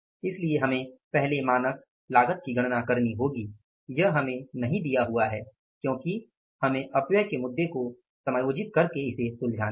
इसलिए हमें पहले मानक लागत की गणना करनी होगी यह हमें नहीं दिया हुआ है क्योंकि हमें अपव्यय के मुद्दों को समायोजित करके सुलझाना है